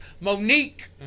Monique